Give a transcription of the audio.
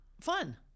Fun